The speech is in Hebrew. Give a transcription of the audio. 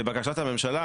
לבקשת הממשלה,